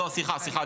סליחה,